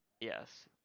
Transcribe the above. Yes